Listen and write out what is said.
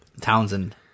Townsend